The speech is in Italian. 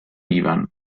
ivan